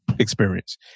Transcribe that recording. experience